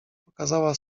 pokazała